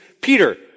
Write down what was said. Peter